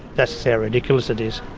that's how ridiculous it is.